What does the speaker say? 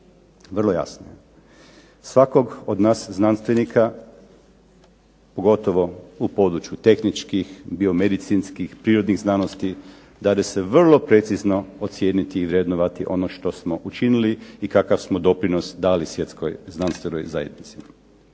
Vrlo jasne. Svakog od nas znanstvenika, pogotovo u području tehničkih, biomedicinskih, prirodnih znanosti, dade se vrlo precizno ocijeniti i vrednovati ono što smo učinili i kakav smo doprinos dali Svjetskoj znanstvenoj zajednici.